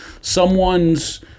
someone's